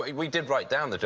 we did write down the joke.